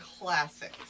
classics